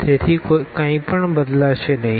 તેથી કંઈપણ બદલાશે નહીં